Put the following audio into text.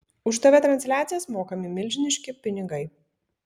už tv transliacijas mokami milžiniški pinigai